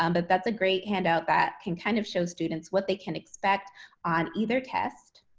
um but that's a great handout that can kind of show students what they can expect on either test.